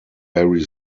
very